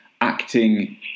acting